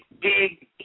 big